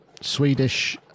Swedish